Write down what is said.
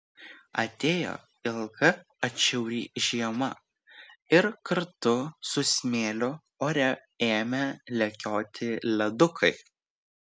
atėjo ilga atšiauri žiema ir kartu su smėliu ore ėmė lekioti ledukai